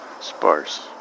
sparse